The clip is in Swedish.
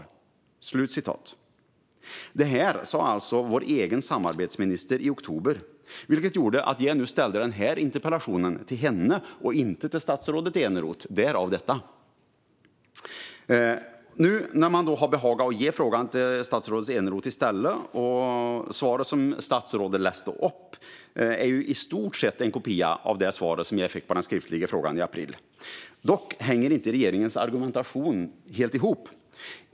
Det sa alltså vår egen samarbetsminister i oktober, vilket gjorde att jag nu ställde denna interpellation till henne och inte till statsrådet Eneroth. Nu har man behagat att ge frågan till statsrådet Eneroth i stället. Svaret som statsrådet läste upp är i stort sett en kopia av det svar som jag fick på den skriftliga frågan i april. Dock hänger inte regeringens argumentation helt ihop.